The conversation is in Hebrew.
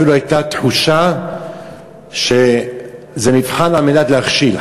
אפילו הייתה תחושה שזה מבחן כדי להכשיל,